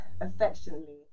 affectionately